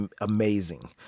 amazing